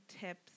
tips